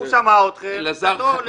הוא שמע אתכם, עמדתו היא להתקדם עם החוק.